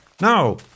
No